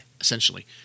Essentially